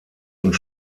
und